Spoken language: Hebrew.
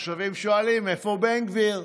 התושבים שואלים: איפה בן גביר?